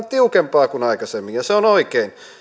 tiukempaa kuin aikaisemmin ja se on oikein